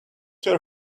your